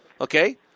Okay